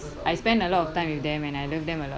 I spend a lot of time with them and I love them a lot